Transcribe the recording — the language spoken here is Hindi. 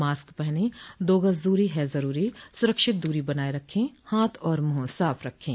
मास्क पहनें दो गज़ दूरी है ज़रूरी सुरक्षित दूरी बनाए रखें हाथ और मुंह साफ़ रखें